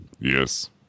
Yes